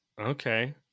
Okay